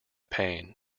pain